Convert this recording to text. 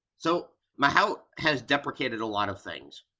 so mahout has deprecated a lot of things.